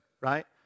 right